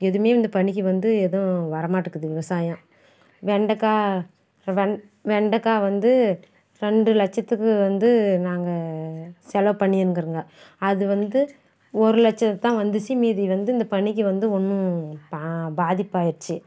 எதுவுமே இந்த பனிக்கு வந்து எதுவும் வரமாட்டுங்குது விவசாயம் வெண்டைக்கா வெண் வெண்டைக்கா வந்து ரெண்டு லட்சத்துக்கு வந்து நாங்கள் செலவு பண்ணிணுக்கிறோங்க அது வந்து ஒரு லட்சம் தான் வந்துச்சு மீதி வந்து இந்த பனிக்கு வந்து ஒன்றும் பா பாதிப்பாயிருச்சு